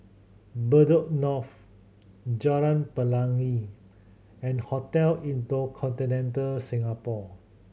Bedok North Jalan Pelangi and Hotel InterContinental Singapore